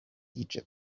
egypt